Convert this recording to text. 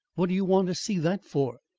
what do you want to see that for?